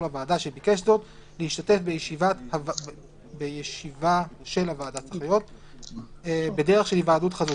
לוועדה שביקש זאת להשתתף בישיבה של הוועדה בדרך של היוועדות חזותית.